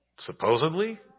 Supposedly